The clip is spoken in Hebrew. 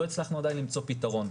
לא הצלחנו עדיין למצוא פתרון.